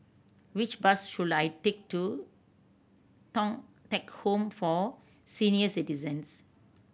which bus should I take to Thong Teck Home for Senior Citizens